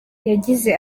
yagize